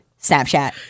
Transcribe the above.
Snapchat